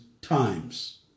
times